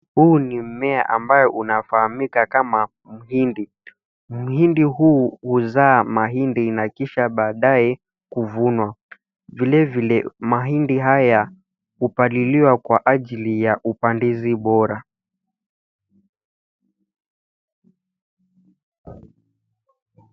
Huu ni mmea ambayo unafahamika kama mhindi. Mhindi huu huzaa mahindi na kisha baadaye kuvunwa. Vilevile, mahindi haya hupaliliwa kwa ajili ya upandizi bora.